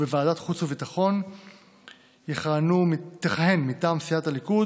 בוועדת החוץ והביטחון תכהן מטעם סיעת הליכוד